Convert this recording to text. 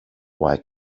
why